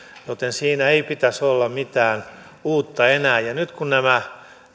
joten siinä ei pitäisi olla mitään uutta enää nyt kun nämä